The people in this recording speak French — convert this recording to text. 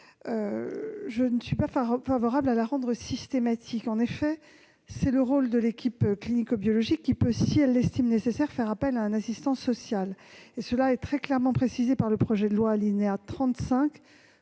à l'assistance médicale à la procréation. En effet, c'est le rôle de l'équipe clinicobiologique qui peut, si elle l'estime nécessaire, faire appel à un assistant social. Cela est très clairement précisé dans le projet de loi, à l'alinéa 35,